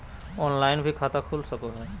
Online भी खाता खूल सके हय?